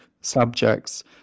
subjects